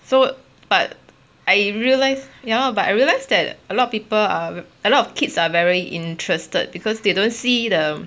so but I realised ya but I realised that a lot of people are a lot of kids are very interested because they don't see the